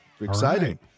Exciting